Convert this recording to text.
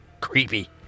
creepy